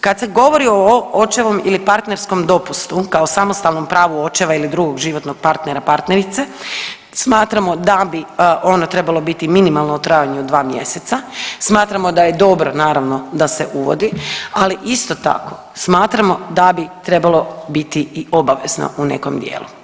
Kad se govori o očevom ili partnerskom dopustu kao samostalnom pravu očeva ili drugog životnog partnera, partnerice smatramo da bi ono trebalo biti minimalno u trajanju od 2 mjeseca, smatramo da je dobro naravno da se uvodi, ali isto tako smatramo da bi trebalo biti i obavezno u nekom dijelu.